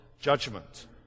judgment